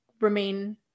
remain